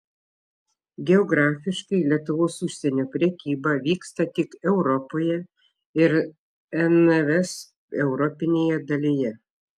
geografiškai lietuvos užsienio prekyba vyksta tik europoje ir nvs europinėje dalyje